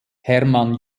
hermann